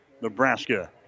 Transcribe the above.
Nebraska